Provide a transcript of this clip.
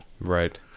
Right